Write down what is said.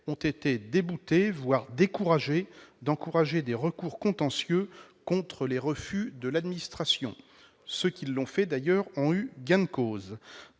ont été déboutés, voire découragés d'engager des recours contentieux contre les refus de l'administration. Ceux qui l'ont fait ont d'ailleurs eu gain de cause.